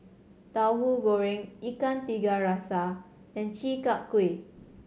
Tauhu Goreng Ikan Tiga Rasa and Chi Kak Kuih